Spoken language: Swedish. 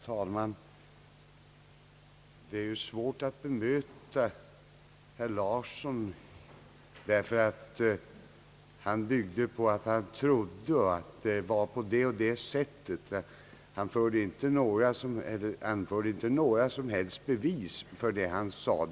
Herr talman! Det är svårt att bemöta herr Larsson, ty han byggde sitt anförande på att han »trodde» att det var på det och det sättet. Han anförde inte några som helst bevis för vad han sade.